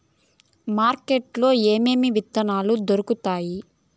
market లో ఏమేమి విత్తనాలు దొరుకుతాయి